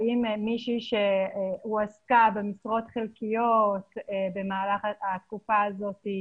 האם מישהי הועסקה במשרות חלקיות במהלך התקופה הזאת,